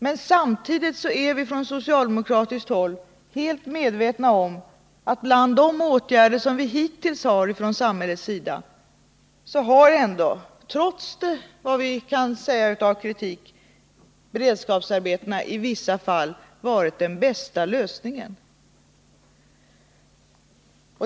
Men samtidigt är vi på socialdemokratiskt håll helt medvetna om att bland de åtgärder som hittills vidtagits från samhällets sida har ändå — trots den kritik vi kan framföra — beredskapsarbetena i vissa fall varit den bästa lösningen.